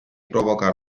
provoca